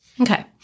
Okay